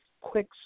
quick